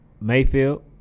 Mayfield